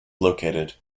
located